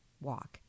walk